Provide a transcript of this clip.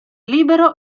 libero